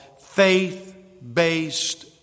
faith-based